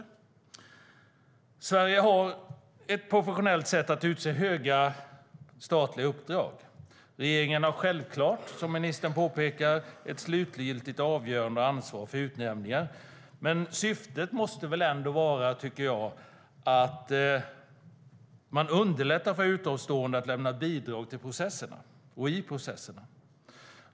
I Sverige har man ett professionellt sätt att utse personer till höga statliga uppdrag. Regeringen har självklart, som ministern påpekar, ett slutligt avgörande och ansvar för utnämningar. Men syftet måste väl ändå vara att underlätta för utomstående att lämna bidrag till och i processerna.